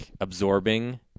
absorbing